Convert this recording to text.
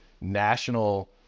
national